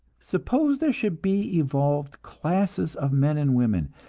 suppose there should be evolved classes of men and women,